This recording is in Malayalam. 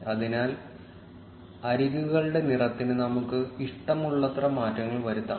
അതിനാൽ അരികുകളുടെ നിറത്തിന് നമുക്ക് ഇഷ്ടമുള്ളത്ര മാറ്റങ്ങൾ വരുത്താം